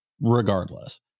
regardless